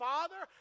Father